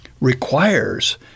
requires